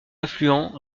affluents